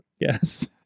Yes